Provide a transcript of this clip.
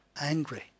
angry